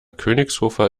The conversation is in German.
königshofer